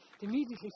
immediately